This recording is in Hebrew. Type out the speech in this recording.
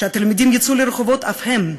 שהתלמידים יצאו לרחובות אף הם,